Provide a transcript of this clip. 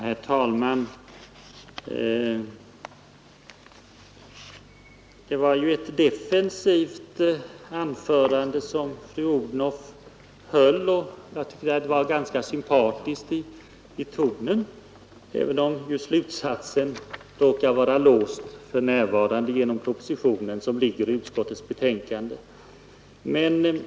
Herr talman! Det var ett defensivt anförande som fru Odhnoff höll. Jag tycker att det var ganska sympatiskt i tonen, även om slutsatsen för närvarande är låst genom propositionen och utskottets betänkande.